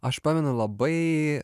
aš pamenu labai